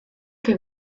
que